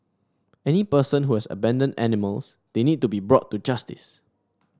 any person who has abandoned animals they need to be brought to justice